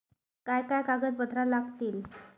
काय काय कागदपत्रा लागतील?